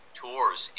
tours